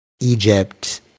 Egypt